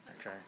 Okay